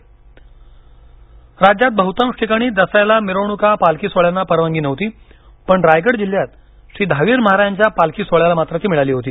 पालखी राज्यात बह्तांश ठिकाणी दसऱ्याला मिरवणूका पालखी सोहळ्यांना परवानगी नव्हती पण रायगड जिल्ह्यात श्री धाविर महाराजांच्या पालखी सोहळ्याला मात्र ती मिळाली होती